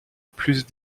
plus